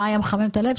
מה היה מחמם את הלב?